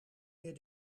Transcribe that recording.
meer